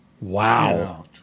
Wow